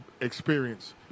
Experience